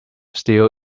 still